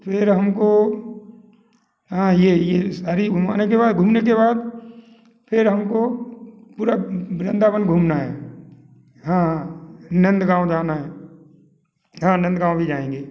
फिर हम को हाँ ये ये सारी घुमाने के बाद घूमने के बाद फिर हम को पूरा वृंदावन घूमना है हाँ नन्द गाँव जाना है हाँ नन्द गाँव भी जाएंगे